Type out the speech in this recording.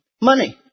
money